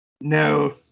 No